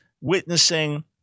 witnessing